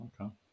Okay